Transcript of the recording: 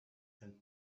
and